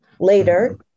later